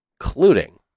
including